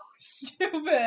stupid